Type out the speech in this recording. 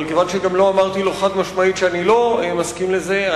אבל כיוון שגם לא אמרתי חד-משמעית שאני לא מסכים לזה,